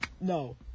No